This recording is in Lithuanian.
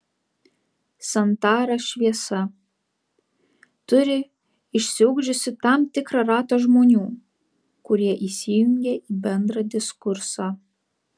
santara šviesa turi išsiugdžiusi tam tikrą ratą žmonių kurie įsijungia į bendrą diskursą